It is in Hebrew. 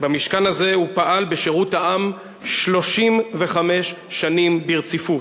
במשכן הזה הוא פעל בשירות העם 35 שנים ברציפות.